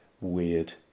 weird